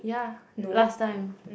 ya last time